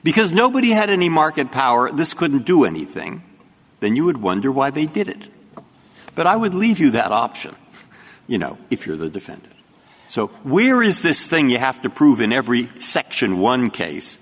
because nobody had any market power this couldn't do anything then you would wonder why they did it but i would leave you that option you know if you're the defendant so we're is this thing you have to prove in every section one case